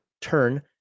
turn